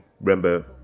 remember